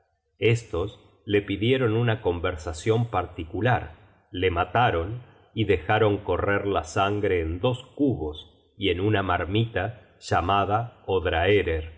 estos le pidieron una conversacion particular le mataron y dejaron correr la sangre en dos cubos y en una marmita llamada